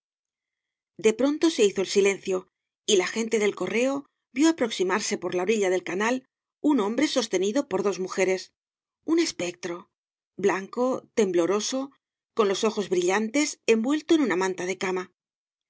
de pronto se hizo el silencio y la gente del correo vio aproximarse por la orilla del canal un hombre sostenido por dos mujeres un espectro blanco tembloroso con los ojos brillantes envuelto en una manta de cama